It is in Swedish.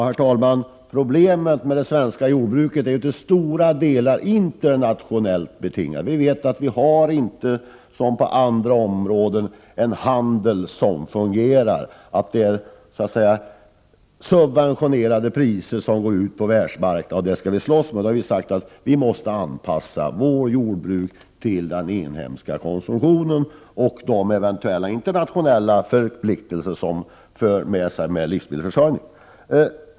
Herr talman! Problemet med det svenska jordbruket är till stora delar internationellt betingat. Vi har här inte, som på andra områden, en handel som fungerar. Det är varor till subventionerade priser som går ut på världsmarknaden, och den skall vi slåss på. Vi har sagt att vi måste anpassa vårt jordbruk till den inhemska konsumtionen och de eventuella internationella förpliktelser som finns när det gäller livsmedelsförsörjningen.